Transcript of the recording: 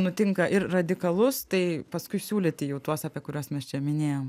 nutinka ir radikalus tai paskui siūlyti jau tuos apie kuriuos mes čia minėjom